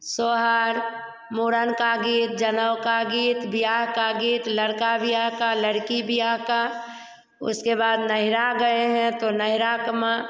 सोहर मूड़न का गीत जनौ का गीत बियाह का गीत लड़का बियाह का लड़की बियाह का उसके बाद नहिरा गए हैं तो नहिरा के माँ